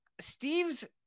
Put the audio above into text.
Steve's